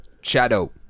Shadow